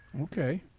Okay